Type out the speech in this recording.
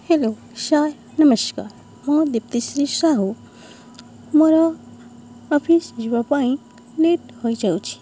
hello sir ନମସ୍କାର ମୁଁ ଦୀପ୍ତିଶ୍ରୀ ସାହୁ ମୋର ଅଫିସ୍ ଯିବା ପାଇଁ ଲେଟ୍ ହୋଇଯାଉଛି